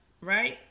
right